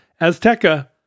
Azteca